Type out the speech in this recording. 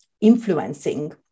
influencing